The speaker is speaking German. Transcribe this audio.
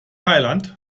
thailand